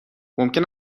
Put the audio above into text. ممکن